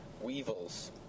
Weevils